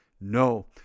No